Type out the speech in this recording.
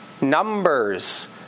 Numbers